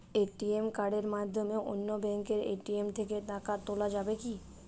ATM কার্ডের মাধ্যমে অন্য ব্যাঙ্কের এ.টি.এম থেকে টাকা তোলা যাবে কি?